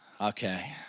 Okay